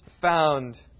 found